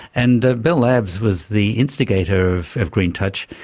and ah bell labs was the instigator of of green touch.